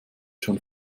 schon